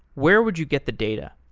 where would you get the data?